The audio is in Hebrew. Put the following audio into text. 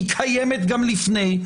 היא קיימת גם לפני,